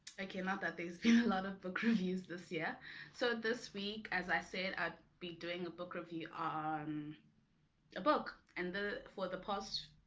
okay, not that there's been a lot of book reviews this year so this week as i said i'd be doing a book review on a book and for the past